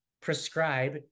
prescribe